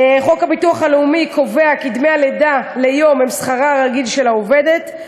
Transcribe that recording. חוק הביטוח הלאומי קובע כי דמי הלידה ליום הם שכרה הרגיל של העובדת.